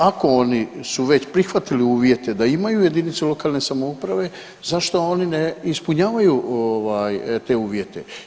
Ako oni su već prihvatili uvjete da imaju jedinice lokalne samouprave, zašto oni ne ispunjavaju te uvjete.